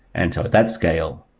and so that scale,